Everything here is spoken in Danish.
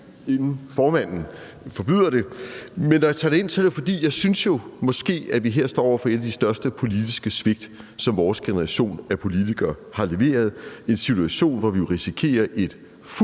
inden formanden forbyder det. Men når jeg har taget det ind, er det, fordi jeg jo synes, at vi måske her står over for et af de største politiske svigt, som vores generation af politikere har leveret. Det er en situation, hvor vi jo risikerer et